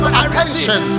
attention